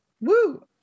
Woo